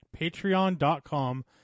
patreon.com